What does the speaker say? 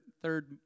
third